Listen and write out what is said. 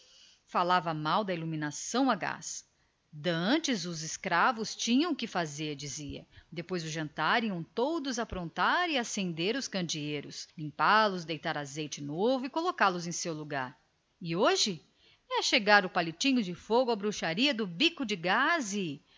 dizia mal da iluminação a gás dantes os escravos tinham que fazer mal serviam a janta iam aprontar e acender os candeeiros deitar lhes novo azeite e colocá los no seu lugar e hoje é só chegar o palitinho de fogo à bruxaria do bico de gás